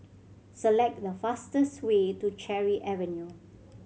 select the fastest way to Cherry Avenue